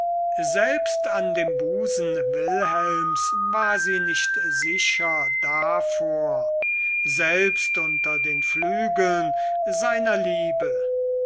selbst an dem busen wilhelms war sie nicht sicher davor selbst unter den flügeln seiner liebe